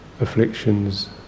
afflictions